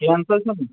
کینٛہہ ہن سا چھُنہٕ